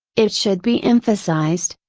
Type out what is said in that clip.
it should be emphasized,